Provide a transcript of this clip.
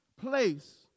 place